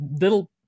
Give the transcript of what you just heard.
little